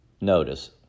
Notice